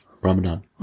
Ramadan